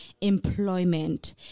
employment